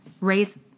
Raise